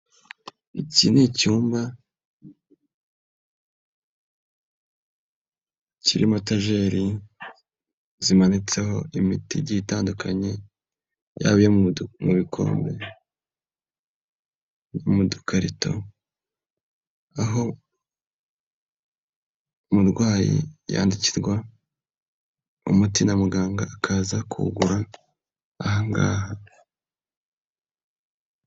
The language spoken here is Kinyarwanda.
Iki ni icyumba kirimo etajeri zimanitseho imiti itandukanye, yaba iyo mu bikombe, iyo mu dukarito; aho umurwayi yandikirwa umuti na muganga akaza kuwugura ahangaha.